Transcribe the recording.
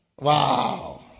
Wow